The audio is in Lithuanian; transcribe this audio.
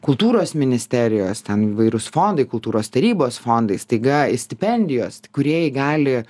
kultūros ministerijos ten įvairūs fondai kultūros tarybos fondai staiga stipendijos kūrėjai gali